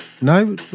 No